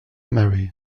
marie